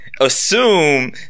Assume